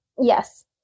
yes